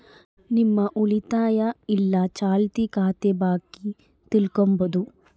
ನಿಮ್ಮ ಉಳಿತಾಯ ಇಲ್ಲ ಚಾಲ್ತಿ ಖಾತೆ ಬಾಕಿ ತಿಳ್ಕಂಬದು